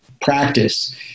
practice